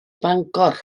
bangor